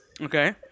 Okay